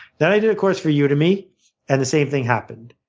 then i did a course for yeah udemy and the same thing happened.